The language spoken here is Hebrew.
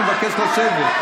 אני מבקש לשבת.